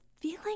feeling